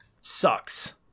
Sucks